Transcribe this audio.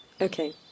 okay